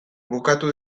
bukatu